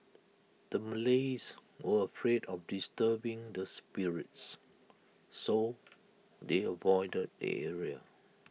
the Malays were afraid of disturbing the spirits so they avoided the area